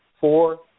Four